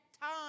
time